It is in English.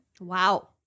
Wow